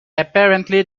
apparently